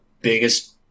biggest